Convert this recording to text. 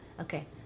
Okay